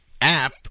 app